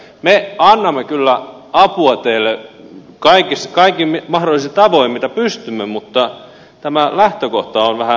me annamme kyllä apua teille kaikin mahdollisin tavoin mitä pystymme mutta tämä lähtökohta on vähän ihmeellisen tuntuinen